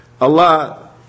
Allah